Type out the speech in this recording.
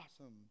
awesome